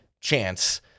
chance